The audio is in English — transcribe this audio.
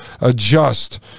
adjust